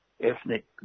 ethnic